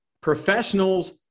professionals